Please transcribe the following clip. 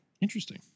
Interesting